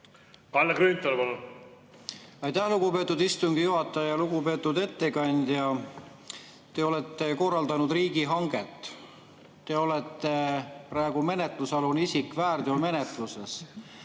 Kalle Grünthal, palun! Aitäh, lugupeetud istungi juhataja! Lugupeetud ettekandja! Te olete korraldanud riigihanget. Te olete praegu menetlusalune isik väärteomenetluses.